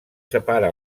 separa